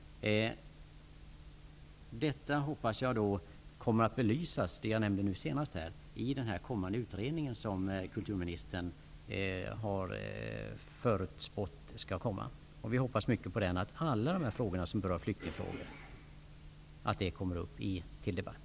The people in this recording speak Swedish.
Jag hoppas att detta kommer att belysas i den utredning som kulturministern har förutspått skall komma. Jag hoppas också att alla frågor som rör flyktingar då kommer upp till debatt.